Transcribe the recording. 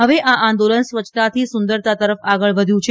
હવે આ આંદોલન સ્વચ્છતાથી સુંદરતા તરફ આગળ વધ્યું છે